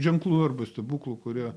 ženklų arba stebuklų kurie